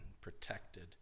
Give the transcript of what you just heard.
protected